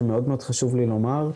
שמאוד מאוד חשוב לי לומר,